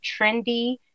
Trendy